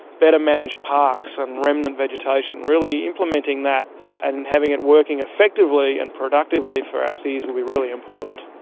better managed parks and remnant vegetation, really implementing that and having it working effectively and productively for our cities will be really important.